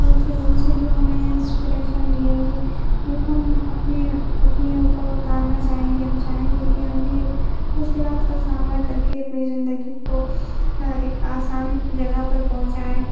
اور پھر ان سے جو ہمیں انسپریشن ملیں گی وہ ہم اپنے اپنے اوپر اتارنا چاہیں گے ہم چاہیں گے کہ ہم بھی اب مشلات کا سامنا کر کے اپنی زندگی کو ایک آسان جگہ پر پہنچائیں